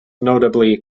notably